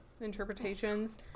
interpretations